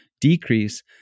decrease